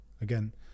Again